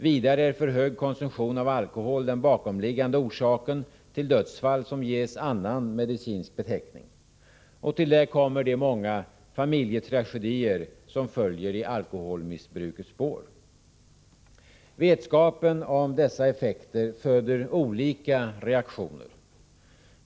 Vidare är för hög konsumtion av alkohol den bakomliggande orsaken till dödsfall som ges en annan medicinsk beteckning. Till det kommer de många familjetragedier som följer i alkoholmissbrukets spår. Vetskapen om dessa effekter föder olika reaktioner.